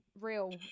real